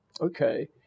okay